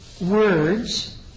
words